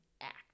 act